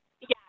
Yes